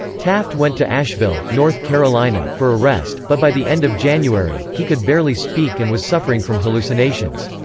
taft went to asheville, north carolina, for a rest, but by the end of january, he could barely speak and was suffering from hallucinations.